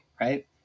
right